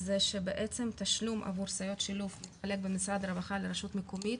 זה שבעצם תשלום עבור סייעות שילוב עובר ממשרד הרווחה לרשות המקומית